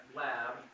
lab